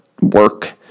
work